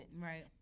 Right